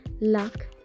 luck